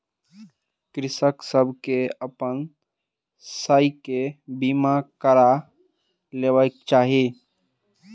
कृषक सभ के अपन शस्य के बीमा करा लेबाक चाही